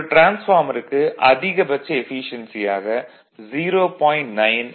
ஒரு டிரான்ஸ்பார்மருக்கு அதிகபட்ச எஃபீசியென்சி ஆக 0